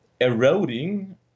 eroding